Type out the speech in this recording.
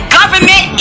government